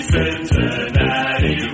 Cincinnati